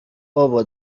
بابا